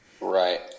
Right